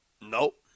Nope